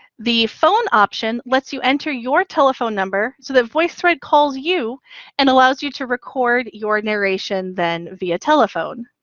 the phone option lets you enter your telephone number so that voicethread calls you and allows you to record your narration then via telephone.